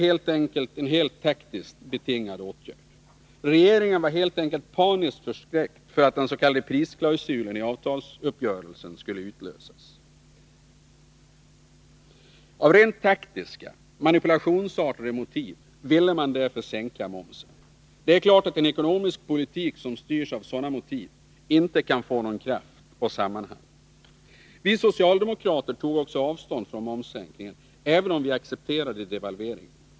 Det var en rent taktiskt betingad åtgärd. Regeringen var helt enkelt paniskt förskräckt för att den s.k. prisklausulen i avtalsuppgörelsen skulle utlösas. Av rent taktiska, manipulationsartade motiv ville man därför sänka momsen. Det är klart att en ekonomisk politik som styrs av sådana motiv inte kan få kraft och sammanhang. Vi socialdemokrater tog också avstånd från momssänkningen även om vi accepterade devalveringen.